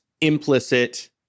implicit